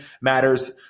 matters